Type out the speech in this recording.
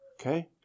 Okay